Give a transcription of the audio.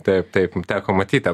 taip taip teko matyt tą